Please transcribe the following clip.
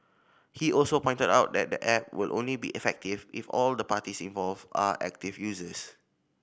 he also pointed out that the app will only be effective if all the parties involve are active users